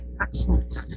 Excellent